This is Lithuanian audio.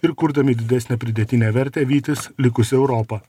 ir kurdami didesnę pridėtinę vertę vytis likusią europą